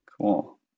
Cool